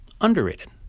underrated